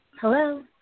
hello